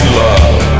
love